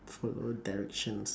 follow directions